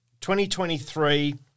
2023